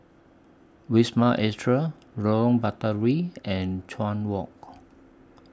Wisma Atria Lorong Batawi and Chuan Walk